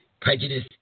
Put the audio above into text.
prejudice